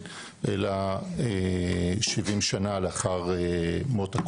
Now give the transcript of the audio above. בזמן הקרוב הוא יעלה להערות הציבור באתר של משרד המשפטים,